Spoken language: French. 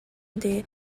des